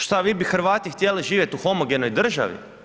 Šta, vi bi Hrvati htjeli živjet u homogenoj državi?